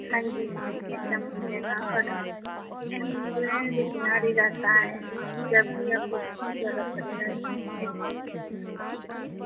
हाँ जी एकदम मिल जाएगा और एंबुलेंस इतनी गाड़ी रहता है जब भी आपको जरूरत पड़ेगा एकदम एक कॉल कीजिएगा तब